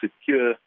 secure